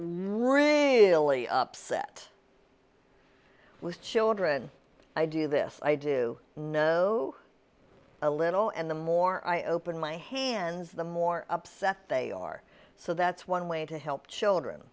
really upset with children i do this i do know a little and the more i open my hands the more upset they are so that's one way to help children